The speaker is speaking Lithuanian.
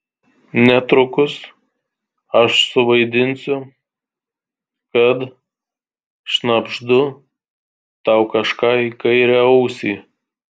netrukus aš suvaidinsiu kad šnabždu tau kažką į kairę ausį